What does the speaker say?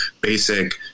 basic